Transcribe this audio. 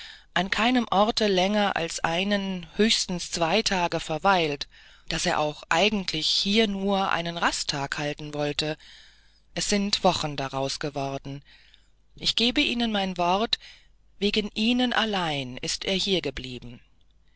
an keinem orte länger als einen höchstens zwei tage verweilt daß er auch eigentlich hier nur einen rasttag halten wollte es sind wochen daraus geworden ich gebe ihnen mein wort wegen ihnen allein ist er hier geblieben